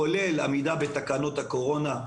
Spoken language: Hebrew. כולל עמידה בתקנות הקורונה,